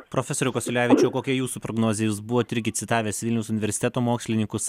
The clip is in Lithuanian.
profesoriau kasiulevičiau kokia jūsų prognozė jūs buvot irgi citavęs vilniaus universiteto mokslininkus